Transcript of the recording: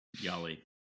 yali